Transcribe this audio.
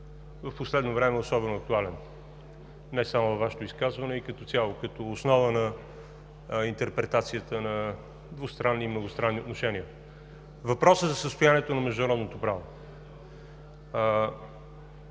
в последно време е особено актуален – не само във Вашето изказване, а и като цяло, като основа на интерпретацията на двустранни и многостранни отношения. Въпросът за състоянието на международното право.